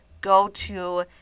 go-to